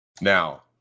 Now